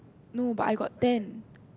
no but I got ten